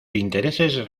intereses